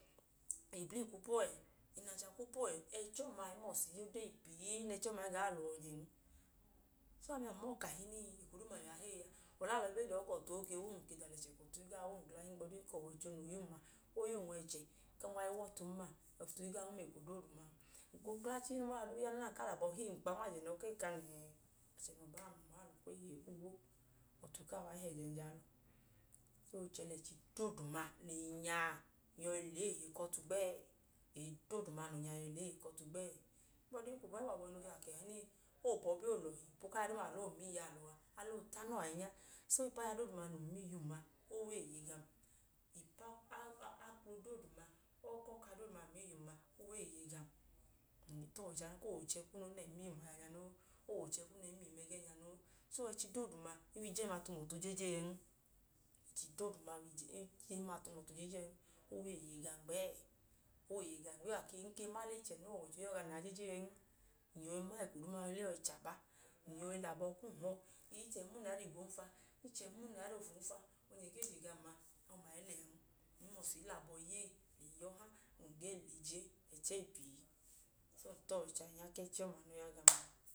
Eblii kwu po ẹẹ, inancha kwu po ẹẹ, ẹchi ọma, a ge mọsti ya ode pii nẹ ẹchi ọma i gaa lẹ uwọ ọnyẹn. So, ami a, ng mọọ kahinii, eko doodu nẹ ami a heyi a, ọlẹ alọ e dọọ ka ọtu ọ i ge wu um n. Ng ke da alẹchẹ ka ọtu i gaa wu um glan, ohigbu ọdi ka ọwọicho noo ya um a, o ya um wa ẹchẹ kum wa i wọtun ma, ọtu i gaa wu um gla eko dooduman. Ng koo kla chii, num ma ọda doodu koo yan naana, ng kaa lẹ abọ hẹ iyum kpa nmajẹ, ng kaa um lẹ ẹhẹ yẹ. Achẹ noo baa mu a, e kaa le okpehe he obobo. Ọtu kaa wa i he ẹjẹẹji aa. So, o chẹ lẹ ẹchi doodu nẹ eyi nya a, ng yọi lẹ eeye ku ọtu gbẹẹ. Eyi doodu noo nya a, ng yọi lẹ eeye ku ọtu gbẹẹ. Ohigbu ọdi ka ubayibu abọhinu ka kahinii, oobọbi, oolọhi, ipu ku aya duuma nẹ alọ ọọ ma iyalọ a, alọ ọọ ta anọọ ahinya. So ipu aya doodu num ma iyim a, o wẹ eeye gam. Ipu aklo dooduma, ọkọka dooduma num ma iyim ma, o wẹ eeye gam. Ng ta ọwọicho ahinya ka, o wẹ oochẹ kunun nẹ, ng gee ma iyim ẹgẹẹnya noo. So, ẹchi dooduma i wẹ ijema tum ọtu jejee ẹn. Ẹchi dooduma i wẹ ijema tum ọtu jejee ẹn. O wẹ eeye gam gbẹẹ. O wẹ eeye gam. O wẹ ka ng ke ma len ichẹ noo, ọwọicho i ya ọọ gam liya jejee ẹn. Ng yọi ma eko dooduma yọi le, yọi chaba. Ng yọi lẹ abọ kum ya ọọ. Ii, ichẹ, ng ma unayira igwon fa, ii, ichẹ ng ma unayira ofun fa. Ọnyẹ gee je gam a? Ọma i liyan. Ng mọsti i lẹ abọ ya ee, ya ọha. So, ng ta ọwọicho ahinya ohigbu ẹchi ọma noo ya gam a.